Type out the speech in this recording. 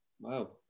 wow